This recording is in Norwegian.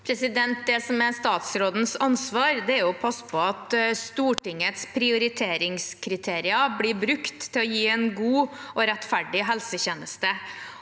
Det som er statsrådens ansvar, er å passe på at Stortingets prioriteringskriterier blir brukt til å gi en god og rettferdig helsetjeneste.